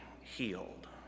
healed